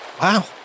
Wow